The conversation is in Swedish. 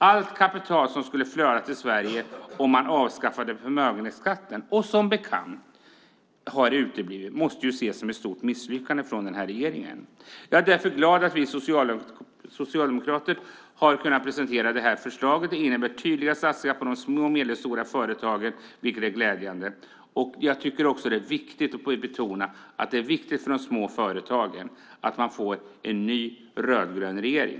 Allt det kapital som skulle flöda in till Sverige om förmögenhetsskatten avskaffades har som bekant uteblivit. Det måste ses som ett stort misslyckande för den här regeringen. Jag är därför glad över att vi socialdemokrater har kunnat presentera ett förslag som innebär tydliga satsningar på de små och medelstora företagen. Det är också viktigt att betona att det är betydelsefullt för de små företagen att få en ny, en rödgrön, regering.